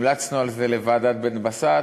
המלצנו על זה לוועדת בן-בסט,